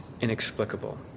inexplicable